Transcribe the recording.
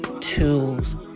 tools